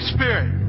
Spirit